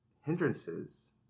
hindrances